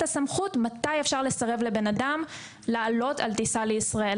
הסמכות מתי אפשר לסרב לבן אדם לעלות על טיסה לישראל.